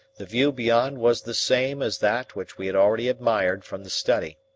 the view beyond was the same as that which we had already admired from the study.